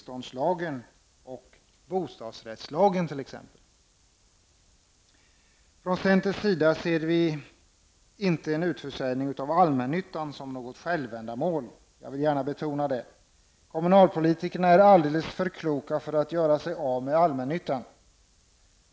Jag vill betona att vi från centerns sida inte ser en utförsäljning av allmännyttan som något självändamål. Kommunpolitikerna är alldeles för kloka att göra sig av med allmännyttan.